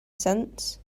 cents